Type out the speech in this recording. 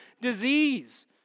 disease